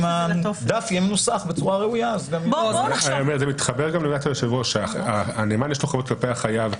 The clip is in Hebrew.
זה מתחבר לעמדת היושב ראש שלנאמן יש אחריות כלפי החייב.